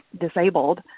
disabled